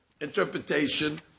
interpretation